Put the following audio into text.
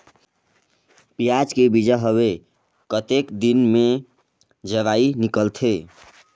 पियाज के बीजा हवे कतेक दिन मे जराई निकलथे?